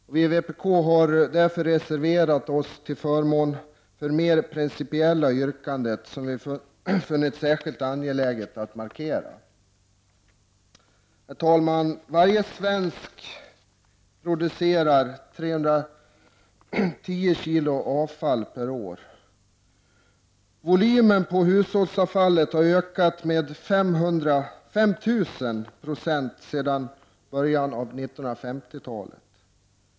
Vi i vpk har därför reserverat oss till förmån för mer principiella yrkanden som vi funnit det särskilt angeläget att markera. Herr talman! Varje svensk producerar 310 kg avfall per år. Volymen på hushållsavfallet har ökat med 5 000 90 sedan början av 50-talet.